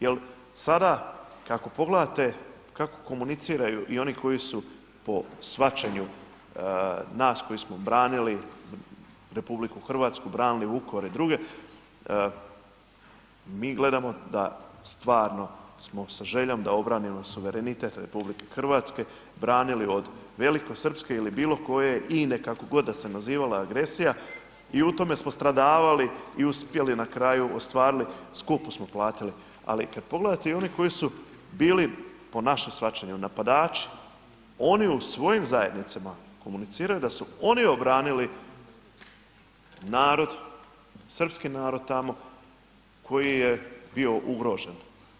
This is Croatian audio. Jel sada kako pogledate kako komuniciraju i oni koji su po shvaćanju nas koji smo branili RH, branili Vukovar i druge, mi gledamo da stvarno smo sa željom da obranimo suverenitet RH branili od velikosrpske ili bilo koje ine kako god da se nazivala agresija i u tome smo stradavali i uspjeli na kraju, ostvarili, skupo smo platili, ali kad pogledate i one koji su bili, po našem shvaćanju napadači, oni u svojim zajednicama komuniciraju da su oni obranili narod, srpski narod tamo koji je bio ugrožen.